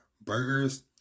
Burgers